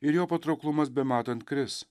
ir jo patrauklumas bematant kris